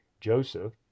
Joseph